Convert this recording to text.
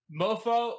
mofo